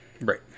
Right